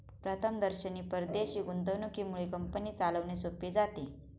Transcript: प्रथमदर्शनी परदेशी गुंतवणुकीमुळे कंपनी चालवणे सोपे जाते